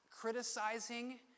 criticizing